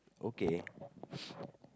okay